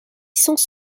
sans